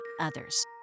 others